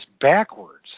backwards